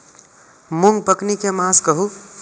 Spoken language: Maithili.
मूँग पकनी के मास कहू?